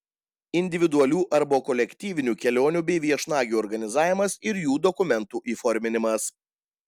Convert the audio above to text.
individualių arba kolektyvinių kelionių bei viešnagių organizavimas ir jų dokumentų įforminimas